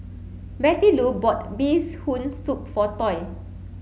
Bettylou bought Bees Hoon soup for Toy